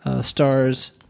stars